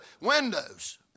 windows